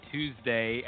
Tuesday